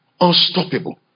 unstoppable